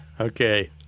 Okay